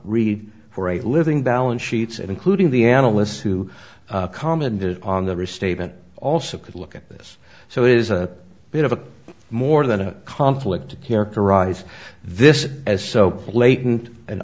read for a living balance sheets including the analysts who commented on the restatement also could look at this so it is a bit of a more than a conflict to characterize this as so blatant an